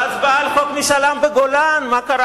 בהצבעה על חוק משאל עם בגולן, מה קרה?